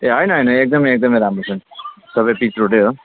ए हैन हैन एकदमै एकदमै राम्रो छ सबै पिच रोडै हो